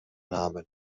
namen